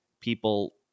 people